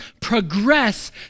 progress